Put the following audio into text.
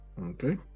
Okay